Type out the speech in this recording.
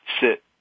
sit